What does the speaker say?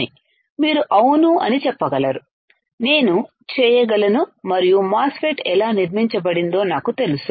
అని మీరు అవును అని చెప్పగలరు నేను చేయగలను మరియు మాస్ ఫెట్ ఎలా నిర్మించ బడిందో నాకు తెలుసు